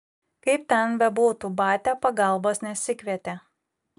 kaip ten bebūtų batia pagalbos nesikvietė